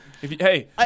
Hey